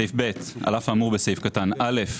על אף האמור בסעיף קטן (א),